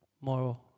more